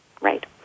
right